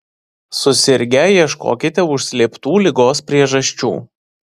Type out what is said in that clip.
susirgę ieškokite užslėptų ligos priežasčių